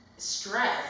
Stress